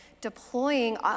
deploying